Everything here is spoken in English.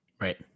Right